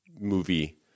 Movie